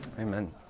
Amen